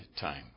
time